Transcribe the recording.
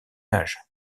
âge